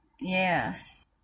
yes